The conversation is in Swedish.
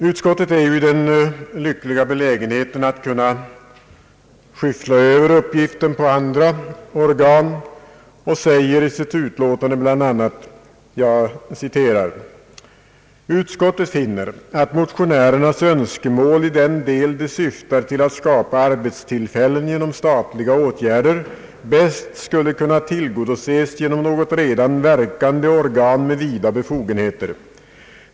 Utskottet är ju i den lyckliga belägenheten att kunna »skyffla över» uppgiften på andra organ och säger i sitt utlåtande bl.a.: »Utskottet finner, att motionärernas önskemål i den del de syftar till att skapa arbetstillfällen genom statliga åtgärder bäst skulle kunna tillgodoses genom något redan verkande organ med vida befogenheter.